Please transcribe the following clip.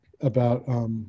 about-